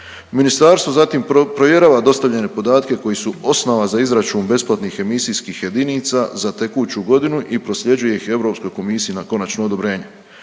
ministarstvo zatim provjerava dostavljene podatke koji su osnova za izračun besplatnih emisijskih jedinica za tekuću godinu i prosljeđuje ih EK-u na konačno odobrenja.